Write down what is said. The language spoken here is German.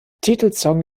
titelsong